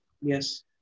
Yes